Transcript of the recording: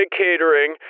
catering